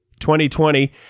2020